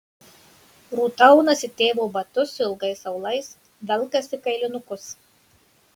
rūta aunasi tėvo batus su ilgais aulais velkasi kailinukus